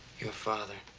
your father.